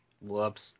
Whoops